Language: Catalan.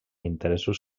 interessos